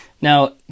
Now